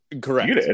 correct